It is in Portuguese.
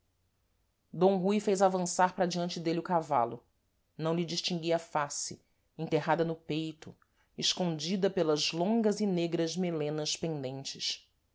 d rui fez avançar para diante dêle o cavalo não lhe distinguia a face enterrada no peito escondida pelas longas e negras melenas pendentes